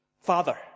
Father